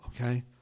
okay